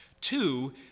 Two